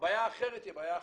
הבעיה האחרת היא הבעיה החירומית,